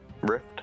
rift